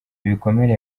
ibikomere